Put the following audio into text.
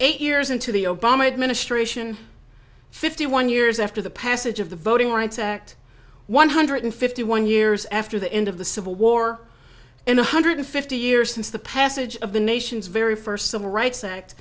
eight years into the obama administration fifty one years after the passage of the voting rights act one hundred fifty one years after the end of the civil war in one hundred fifty years since the passage of the nation's very first civil rights act